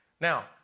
Now